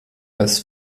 als